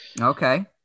Okay